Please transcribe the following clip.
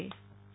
Nehal Thakkar